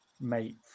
mate